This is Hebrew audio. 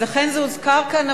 אז אכן זה הוזכר כאן,